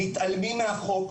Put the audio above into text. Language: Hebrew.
מתעלמים מהחוק,